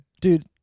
Dude